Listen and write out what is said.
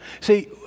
See